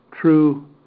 true